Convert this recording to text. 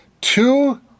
two